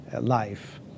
life